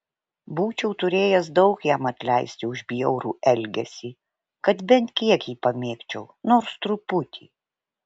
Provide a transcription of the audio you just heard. būčiau turėjęs daug jam atleisti už bjaurų elgesį kad bent kiek jį pamėgčiau nors truputį